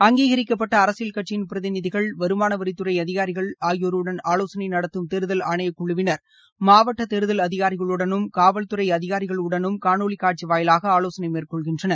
அங்கீகரிக்கப்பட்ட அரசியல் கட்சியின் பிரதிநிதிகள் வருமான வரித்துறை அதிகாரிகள் ஆகியோருடன் ஆலோசனை நடத்தும் தேர்தல் ஆணையக் குழுவினர் மாவட்ட தேர்தல் அதிகாரிகளுடனும் காவல்துறை அதிகாரிகளுடனும் காணொலி காட்சி வாயிலாக மேற்கொள்கின்றனர்